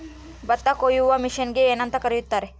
ಭತ್ತ ಕೊಯ್ಯುವ ಮಿಷನ್ನಿಗೆ ಏನಂತ ಕರೆಯುತ್ತಾರೆ?